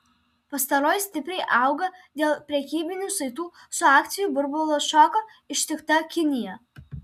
pastaroji stipriai auga dėl prekybinių saitų su akcijų burbulo šoko ištikta kinija